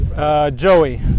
Joey